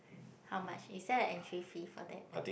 how much is there an entry fee for that